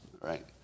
right